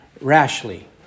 rashly